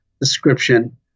description